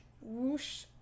whoosh